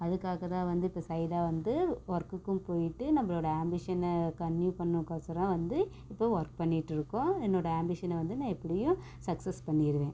அதுக்காக தான் வந்து இப்போ சைடாக வந்து ஒர்க்குக்கும் போய்ட்டு நம்மளோட ஆம்பிஷனை கன்டின்யூ பண்ணக்கொசறோம் வந்து இப்போது ஒர்க் பண்ணிகிட்டுருக்கோம் என்னோடய ஆம்பிஷனை வந்து நான் எப்படியும் சக்சஸ் பண்ணிடுவேன்